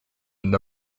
and